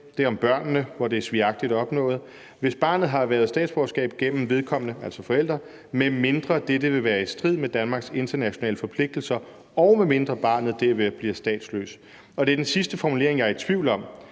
statsborgerskab er svigagtigt opnået: »... hvis barnet har erhvervet indfødsretten gennem vedkommende, medmindre dette vil være i strid med Danmarks internationale forpligtelser, og medmindre barnet derved bliver statsløst.« Det er den sidste formulering, jeg er i tvivl om.